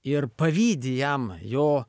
ir pavydi jam jo